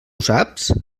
saps